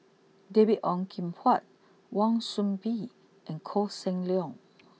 David Ong Kim Huat Wan Soon Bee and Koh Seng Leong